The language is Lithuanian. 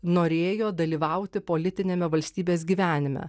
norėjo dalyvauti politiniame valstybės gyvenime